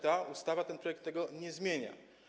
Ta ustawa, ten projekt tego nie zmienia.